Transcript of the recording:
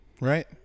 right